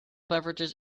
beverages